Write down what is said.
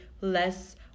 less